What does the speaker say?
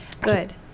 good